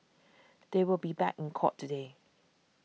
they will be back in court today